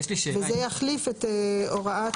וזה יחליף את הוראה